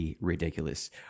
ridiculous